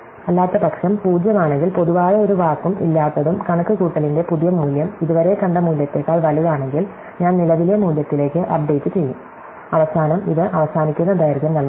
അല്ലാത്തപക്ഷം 0 ആണെങ്കിൽ പൊതുവായ ഒരു വാക്കും ഇല്ലാത്തതും കണക്കുകൂട്ടലിന്റെ പുതിയ മൂല്യം ഇതുവരെ കണ്ട മൂല്യത്തേക്കാൾ വലുതാണെങ്കിൽ ഞാൻ നിലവിലെ മൂല്യത്തിലേക്ക് അപ്ഡേറ്റുചെയ്യും അവസാനം ഇത് അവസാനിക്കുന്ന ദൈർഘ്യം നൽകുന്നു